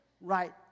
right